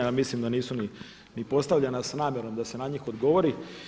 Ja mislim da nisu ni postavljena sa namjerom da se na njih odgovori.